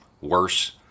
Worse